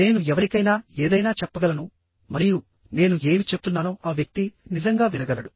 నేను ఎవరికైనా ఏదైనా చెప్పగలను మరియు నేను ఏమి చెప్తున్నానో ఆ వ్యక్తి నిజంగా వినగలడు